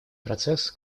процесс